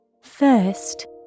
First